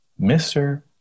Mr